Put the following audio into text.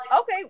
okay